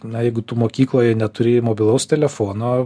na jeigu tu mokykloje neturėjai mobilaus telefono